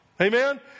Amen